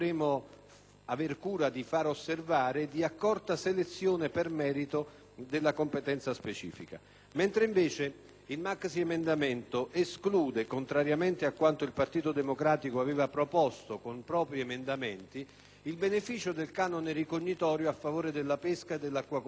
aver cura di far osservare, e di accorta selezione per merito della competenza specifica. Il maxiemendamento esclude invece, contrariamente a quanto il Partito Democratico aveva proposto con propri emendamenti, il beneficio del canone ricognitorio a favore della pesca e dell'acquacoltura,